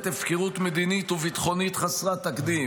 הפקרות מדינית וביטחונית חסרת תקדים".